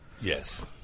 Yes